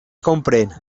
comprèn